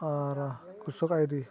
ᱟᱨ ᱠᱨᱤᱥᱚᱠ ᱟᱭᱰᱤ